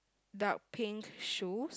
dark pink shoes